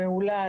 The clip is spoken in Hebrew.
נעולה,